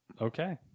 Okay